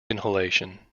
inhalation